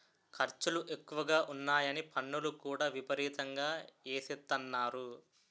ఖర్చులు ఎక్కువగా ఉన్నాయని పన్నులు కూడా విపరీతంగా ఎసేత్తన్నారు